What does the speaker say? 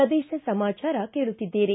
ಪ್ರದೇಶ ಸಮಾಚಾರ ಕೇಳುತ್ತಿದ್ದೀರಿ